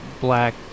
black